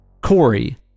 Corey